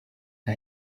nka